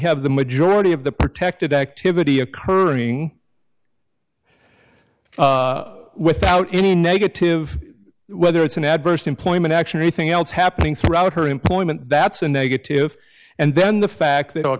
have the majority of the protected activity occurring without any negative whether it's an adverse employment action anything else happening throughout her employment that's a negative and then the fact that a